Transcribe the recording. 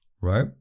right